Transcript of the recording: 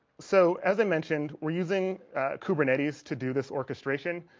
so as i mentioned we're using kubernetes to do this orchestration,